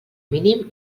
mínim